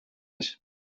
ich